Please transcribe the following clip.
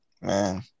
Man